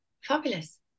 fabulous